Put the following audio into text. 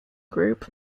group